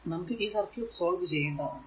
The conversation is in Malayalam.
നമുക്ക് ഈ സർക്യൂട് സോൾവ് ചെയ്യേണ്ടതാണ്